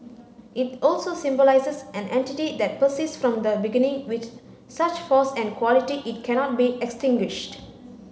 it also symbolises an entity that persists from the beginning with such force and quality it cannot be extinguished